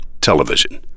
television